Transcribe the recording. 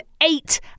eight